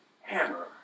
hammer